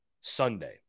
Sunday